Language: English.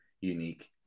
unique